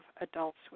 adults